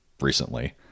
recently